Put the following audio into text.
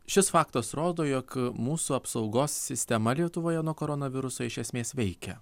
šis faktas rodo jog mūsų apsaugos sistema lietuvoje nuo koronaviruso iš esmės veikia